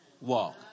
walk